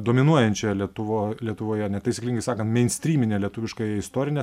dominuojančia lietuvo lietuvoje netaisyklingai sakant meinstrymine lietuviškąja istorine